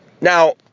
Now